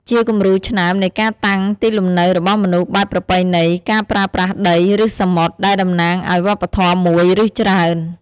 ជាគំរូឆ្នើមនៃការតាំងទីលំនៅរបស់មនុស្សបែបប្រពៃណី ការប្រើប្រាស់ដី ឬសមុទ្រ ដែលតំណាងឱ្យវប្បធម៌មួយ ឬច្រើន។